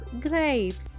grapes